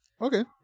Okay